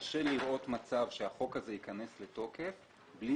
קשה לראות מצב שהחוק הזה ייכנס לתוקף בלי